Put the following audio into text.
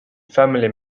family